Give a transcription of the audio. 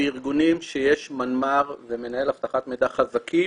בארגונים שיש בהם מנמ"ר ומנהל אבטחת מידע חזקים,